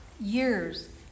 years